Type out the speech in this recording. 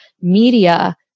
media